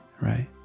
right